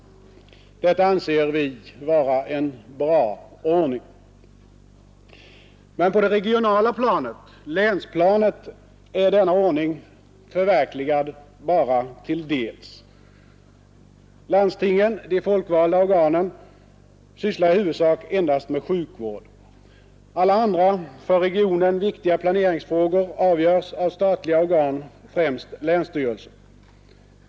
Detta anser vi vara en bra ordning. Men på det regionala planet, länsplanet, är denna ordning förverkligad bara till dels. Landstingen, de folkvalda organen, sysslar i huvudsak endast med sjukvård. Alla andra för regionen viktiga planeringsfrågor avgörs av statliga organ, främst länsstyrelsen.